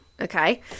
okay